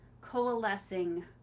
coalescing